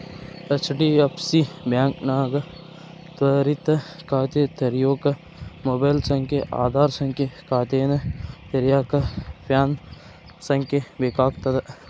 HDFC ಬಾಂಕ್ನ್ಯಾಗ ತ್ವರಿತ ಖಾತೆ ತೆರ್ಯೋಕ ಮೊಬೈಲ್ ಸಂಖ್ಯೆ ಆಧಾರ್ ಸಂಖ್ಯೆ ಖಾತೆನ ತೆರೆಯಕ ಪ್ಯಾನ್ ಸಂಖ್ಯೆ ಬೇಕಾಗ್ತದ